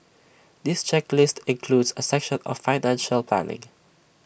this checklists includes A section on financial planning